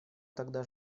тогда